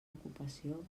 ocupació